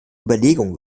überlegung